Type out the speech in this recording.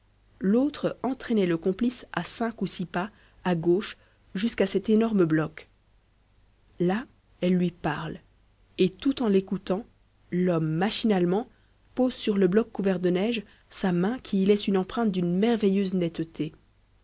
l'autre entraînait le complice à cinq ou six pas à gauche jusqu'à cet énorme bloc là elle lui parle et tout en l'écoutant l'homme machinalement pose sur le bloc couvert de neige sa main qui y laisse une empreinte d'une merveilleuse netteté